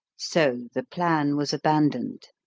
so the plan was abandoned,